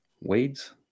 weeds